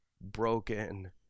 broken